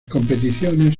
competiciones